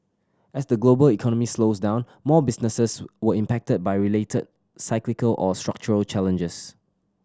as the global economy slows down more businesses were impacted by related cyclical or structural challenges